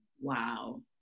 Wow